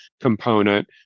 component